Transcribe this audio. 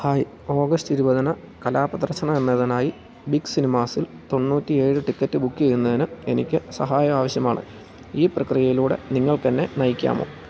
hi August ഇരുപതിന് കലാപ്രദർശനം എന്നതിനായി ബിഗ് സിനിമാസ്സിൽ തൊണ്ണൂറ്റി ഏഴ് ടിക്കറ്റ് ബുക്ക് ചെയ്യുന്നതിന് എനിക്ക് സഹായം ആവശ്യമാണ് ഈ പ്രക്രിയയിലൂടെ നിങ്ങൾക്ക് എന്നെ നയിക്കാമോ